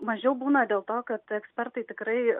mažiau būna dėl to kad ekspertai tikrai